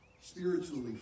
spiritually